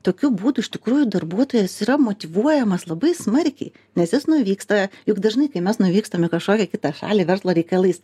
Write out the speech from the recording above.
tokiu būdu iš tikrųjų darbuotojas yra motyvuojamas labai smarkiai nes jis nuvyksta juk dažnai kai mes nuvykstam į kažkokią kitą šalį verslo reikalais